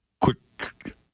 quick